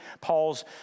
Paul's